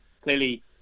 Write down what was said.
clearly